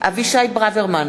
אבישי ברוורמן,